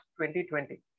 2020